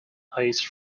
ice